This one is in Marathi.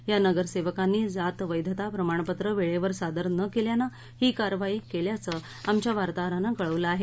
या नगरसेवकांनी जातवैधता प्रमाणपत्र वेळेवर सादर न केल्यानं ही कारवाई केल्याचं आमच्या वार्ताहरानं कळवलं आहे